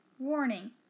Warning